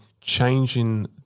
changing